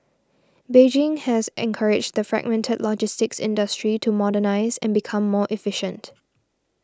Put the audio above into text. Beijing has encouraged the fragmented logistics industry to modernise and become more efficient